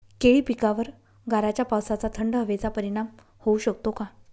केळी पिकावर गाराच्या पावसाचा, थंड हवेचा परिणाम होऊ शकतो का?